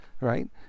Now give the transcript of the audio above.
right